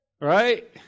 Right